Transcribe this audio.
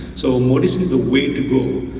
so modis is the way to go,